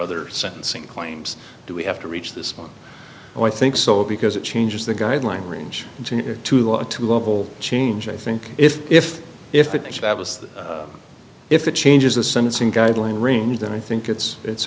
other sentencing claims do we have to reach this one and i think so because it changes the guideline range to to a two level change i think if if if if if it changes the sentencing guideline range then i think it's it's